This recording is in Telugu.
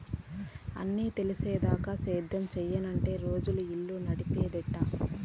అన్నీ తెలిసేదాకా సేద్యం సెయ్యనంటే రోజులు, ఇల్లు నడిసేదెట్టా